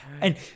and-